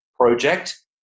Project